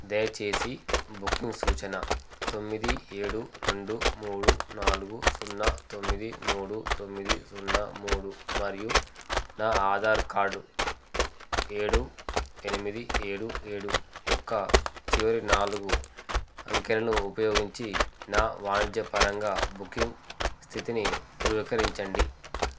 దయచేసి బుకింగ్ సూచన తొమ్మిది ఏడు రెండు మూడు నాలుగు సున్నా తొమ్మిది మూడు తొమ్మిది సున్నా మూడు మరియు నా ఆధార్ కార్డ్ ఏడు ఎనిమిది ఏడు ఏడు యొక్క చివరి నాలుగు అంకెలను ఉపయోగించి నా వాణిజ్యపరంగా బుకింగ్ స్థితిని ధృవికరించండి